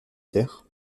terre